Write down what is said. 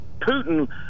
Putin